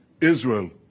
Israel